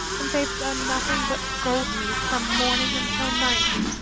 and they have done nothing but scold me from morning until night.